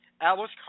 Alice